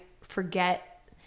forget